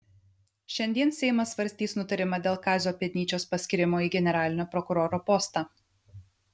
šiandien seimas svarstys nutarimą dėl kazio pėdnyčios paskyrimo į generalinio prokuroro postą